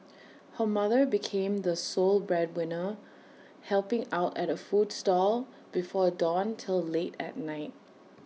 her mother became the sole breadwinner helping out at A food stall before dawn till late at night